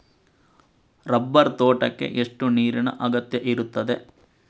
Rubber ತೋಟಕ್ಕೆ ಎಷ್ಟು ನೀರಿನ ಅಗತ್ಯ ಇರುತ್ತದೆ?